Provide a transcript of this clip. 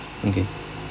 okay